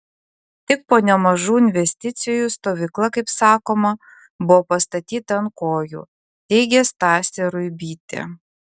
tik po nemažų investicijų stovykla kaip sakoma buvo pastatyta ant kojų teigė stasė ruibytė